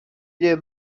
nie